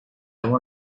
won